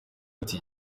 ati